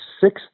sixth